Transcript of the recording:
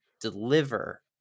deliver